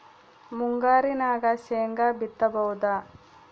ಮುಂಗಾರಿನಾಗ ಶೇಂಗಾ ಬಿತ್ತಬಹುದಾ?